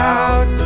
out